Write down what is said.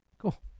Cool